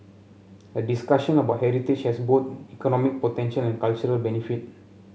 a discussion about heritage has both economic potential and cultural benefit